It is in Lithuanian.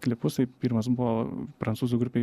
klipus tai pirmas buvo prancūzų grupei